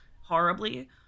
horribly